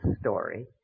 story